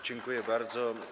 Dziękuję bardzo.